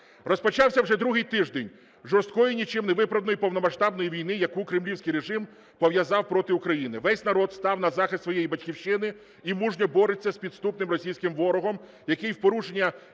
Розпочався вже другий тиждень жорсткої, нічим невиправданої, повномасштабної війни, яку кремлівський режим розв'язав проти України. Весь народ став на захист своєї Батьківщини і мужньо бореться з підступним російським ворогом, який в порушення